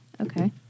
Okay